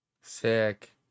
Sick